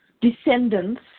descendants